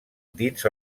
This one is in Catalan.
dins